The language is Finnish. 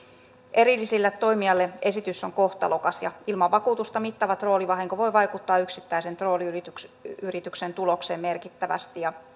erilliselle toimijalle esitys on kohtalokas ja ilman vakuutusta mittava troolivahinko voi vaikuttaa yksittäisen trooliyrityksen tulokseen merkittävästi ja